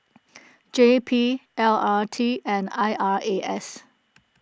J P L R T and I R A S